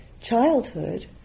childhood